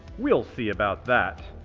we'll see about that.